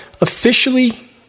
officially